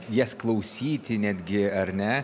jas klausyti netgi ar ne